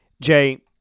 Jay